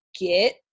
get